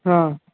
ہاں